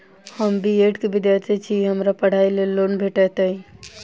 हम B Ed केँ विद्यार्थी छी, की हमरा पढ़ाई लेल लोन भेटतय?